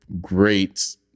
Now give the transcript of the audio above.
great